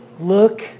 Look